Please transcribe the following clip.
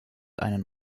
einen